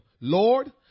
Lord